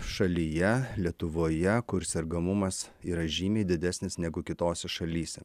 šalyje lietuvoje kur sergamumas yra žymiai didesnis negu kitose šalyse